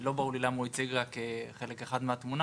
לא ברור לי למה הוא הציג רק חלק אחד מהתמונה,